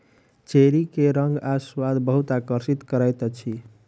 cherry के रंग आ स्वाद बहुत आकर्षित करैत अछि